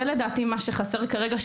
זה לדעתי מה שחסר כרגע,